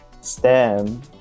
STEM